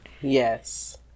Yes